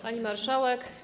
Pani Marszałek!